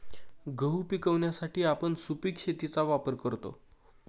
गहू पिकवण्यासाठी आपण सुपीक शेतीचा वापर करतो